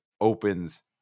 opens